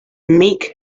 meek